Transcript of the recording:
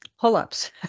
pull-ups